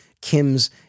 Kim's